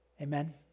Amen